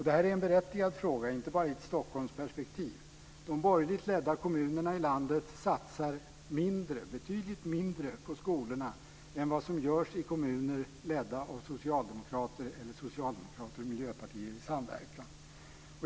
Det här är en berättigad fråga, inte bara i ett Stockholmsperspektiv. De borgerligt ledda kommunerna i landet satsar betydligt mindre på skolorna än vad som görs i kommuner ledda av socialdemokrater eller av socialdemokrater och miljöpartister i samverkan.